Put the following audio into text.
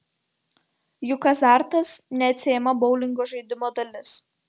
juk azartas neatsiejama boulingo žaidimo dalis